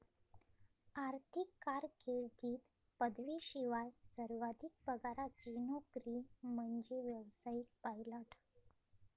आर्थिक कारकीर्दीत पदवीशिवाय सर्वाधिक पगाराची नोकरी म्हणजे व्यावसायिक पायलट